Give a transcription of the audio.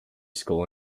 school